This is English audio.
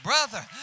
Brother